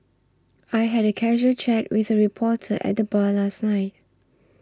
I had a casual chat with a reporter at the bar last night